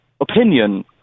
opinion